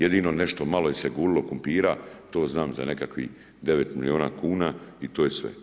Jedino nešto malo se gulilo krumpira, to znam, za nekakvih 9 miliona kuna i to je sve.